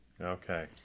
Okay